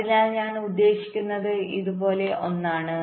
അതിനാൽ ഞാൻ ഉദ്ദേശിക്കുന്നത് ഇതുപോലുള്ള ഒന്നാണ്